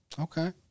Okay